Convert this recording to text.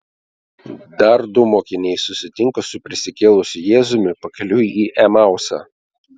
dar du mokiniai susitinka su prisikėlusiu jėzumi pakeliui į emausą